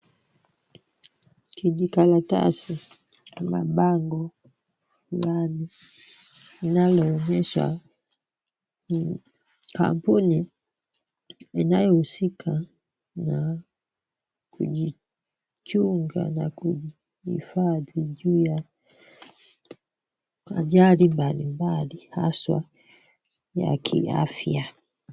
Kijikaratasi ama bango fulani linaloonyesha kampuni inayohusika na kujichunga na kuhifadhi juu ya ajali mbalimbali haswa ya kiafya.